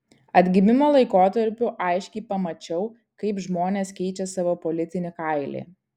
atgimimo laikotarpiu aiškiai pamačiau kaip žmonės keičia savo politinį kailį